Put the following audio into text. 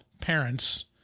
parents